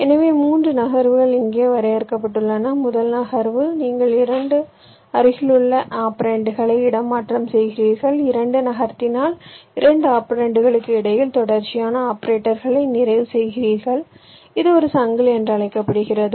எனவே 3 நகர்வுகள் இங்கே வரையறுக்கப்பட்டுள்ளன முதல் நகர்வு நீங்கள் இரண்டு அருகிலுள்ள ஆபராண்ட்களை இடமாற்றம் செய்கிறீர்கள் இரண்டு நகர்த்தினால் இரண்டு ஆபராண்ட்களுக்கு இடையில் தொடர்ச்சியான ஆபரேட்டர்களை நிறைவு செய்கிறீர்கள் இது ஒரு சங்கிலி என்று அழைக்கப்படுகிறது